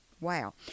WOW